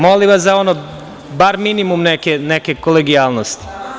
Molim vas bar za minimum neke kolegijalnosti.